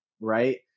right